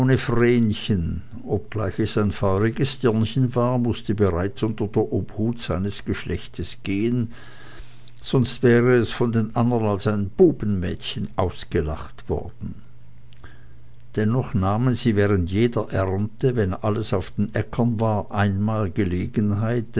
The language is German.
obgleich es ein feuriges dirnchen war mußte bereits unter der obhut seines geschlechts gehen sonst wäre es von den andern als ein bubenmädchen ausgelacht worden dennoch nahmen sie während jeder ernte wenn alles auf den äckern war einmal gelegenheit